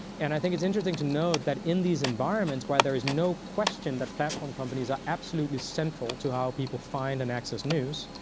and i think it's interesting to note that in these environments, while there is no question that platform companies are absolutely central to how people find and access news,